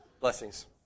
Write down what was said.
Blessings